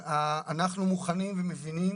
אנחנו מוכנים ומבינים